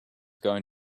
going